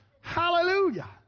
Hallelujah